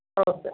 ಹೌದು ಸರ್